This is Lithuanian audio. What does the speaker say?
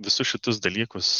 visus šitus dalykus